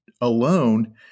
alone